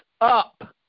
up